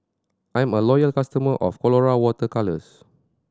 I'm a loyal customer of Colora Water Colours